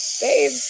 babe